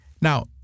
Now